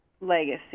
legacy